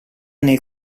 nel